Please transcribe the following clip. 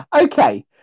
okay